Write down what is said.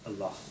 Allah